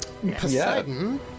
Poseidon